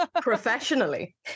Professionally